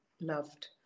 loved